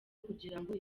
kugirango